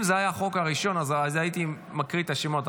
אם זה היה החוק הראשון הייתי מקריא את השמות,